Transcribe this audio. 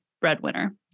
breadwinner